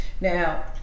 now